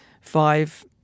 five